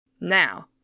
Now